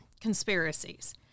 conspiracies